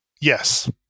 Yes